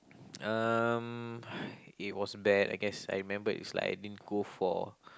um it was bad I guess I remember it's like I didn't go for